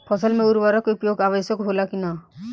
फसल में उर्वरक के उपयोग आवश्यक होला कि न?